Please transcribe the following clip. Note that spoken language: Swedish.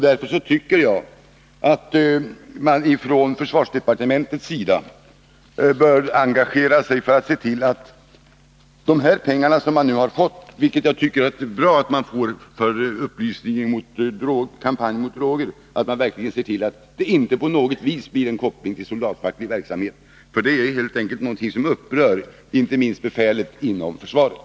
Därför tycker jag att man från försvarsdepartementets sida bör engagera sig för att se till att de pengar man nu har fått för en upplysningskampanj mot droger -— vilket jag tycker att det är bra att man fått — inte på något sätt kopplas till soldatfacklig verksamhet. Det är helt enkelt någonting som upprör inte minst befälet inom försvaret.